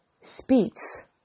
speaks